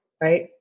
right